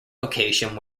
location